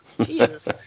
Jesus